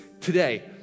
today